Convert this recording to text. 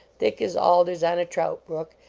thick as alders on a trout brook,